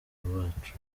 bacu